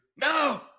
no